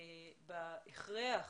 בהכרח,